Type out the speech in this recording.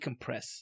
decompress